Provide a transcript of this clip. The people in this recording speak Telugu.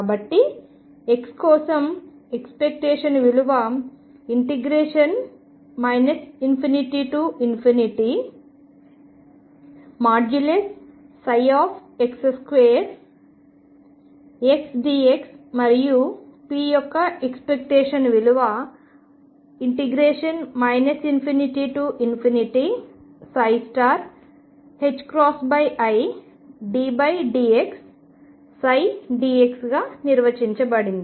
కాబట్టి x కోసం ఎక్స్పెక్టేషన్ విలువ ∞x2xdx మరియు p యొక్క ఎక్స్పెక్టేషన్ విలువ ∞iddxψdx గా నిర్వచించబడింది